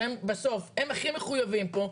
שהם בסוף הם הכי מחויבים פה,